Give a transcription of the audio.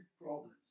problems